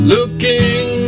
Looking